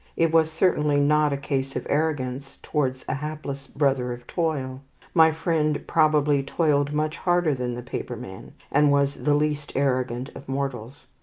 it was certainly not a case of arrogance towards a hapless brother of toil. my friend probably toiled much harder than the paperman, and was the least arrogant of mortals.